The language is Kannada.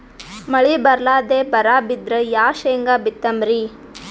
ಮಳಿ ಬರ್ಲಾದೆ ಬರಾ ಬಿದ್ರ ಯಾ ಶೇಂಗಾ ಬಿತ್ತಮ್ರೀ?